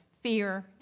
fear